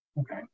okay